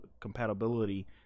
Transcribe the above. compatibility